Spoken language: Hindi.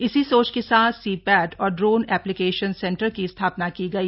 इसी सोच के साथ सीपैट और ड्रोन एप्लीकेशन सेंटर की स्थापना की गई